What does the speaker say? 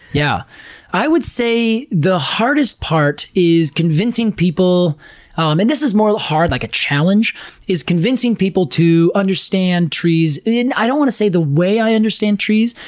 yeah i would say the hardest part is convincing people um and this is more hard like a challenge is convincing people to understand trees in, i don't wanna say the way i understand trees,